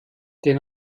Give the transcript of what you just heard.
den